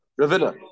Ravina